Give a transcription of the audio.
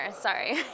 Sorry